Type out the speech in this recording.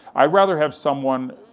i'd rather have someone,